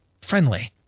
friendly